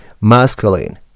masculine